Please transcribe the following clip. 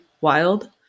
wild